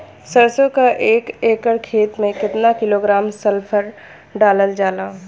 सरसों क एक एकड़ खेते में केतना किलोग्राम सल्फर डालल जाला?